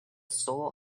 soul